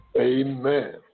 Amen